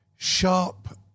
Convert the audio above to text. sharp